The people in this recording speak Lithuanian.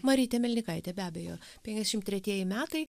marytę melnikaitę be abejo penkiasdešim tretieji metai